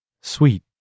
Sweet